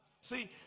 See